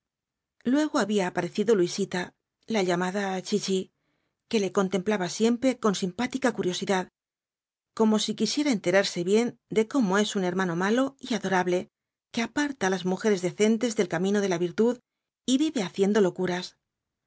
luego había aparecido luisita la llamada chichi que le contemplaba siempre con simpática curiosidad como si quisiera enterarse bien de cómo es un hermano malo y adorable que aparta á las mujeres decentes del camino de la virlos cuatro jinmtbs dbjii apocalipsis tnd y vive haciendo locuras